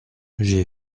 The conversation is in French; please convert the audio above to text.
j’ai